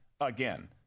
again